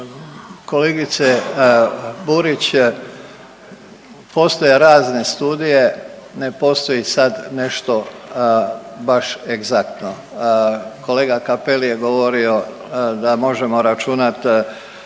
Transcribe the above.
Kolegice Burić, postoje razne studije. Ne postoji sad nešto baš egzaktno. Kolega Cappelli je govorio da možemo računati